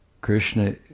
Krishna